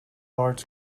large